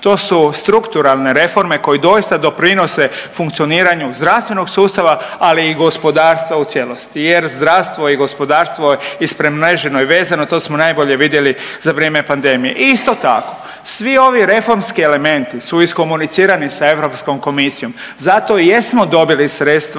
To su strukturalne reforme koje doista doprinose funkcioniraju zdravstvenog sustava, ali i gospodarstva u cijelosti jer zdravstvo i gospodarstvo ispremreženo je vezano. To smo najbolje vidjeli za vrijeme pandemije. Isto tako svi ovi reformski elementi su iskomunicirani sa Europskom komisijom zato i jesmo dobili sredstva